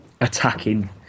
attacking